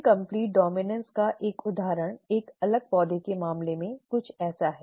incomplete dominance का एक उदाहरण एक अलग पौधे के मामले में कुछ ऐसा है